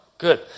Good